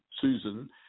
Susan